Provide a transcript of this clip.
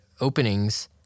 openings